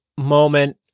moment